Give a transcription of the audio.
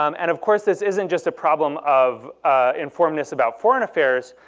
um and of course, this isn't just a problem of informedness about foreign affairs.